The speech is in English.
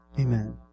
Amen